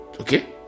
okay